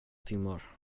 timmar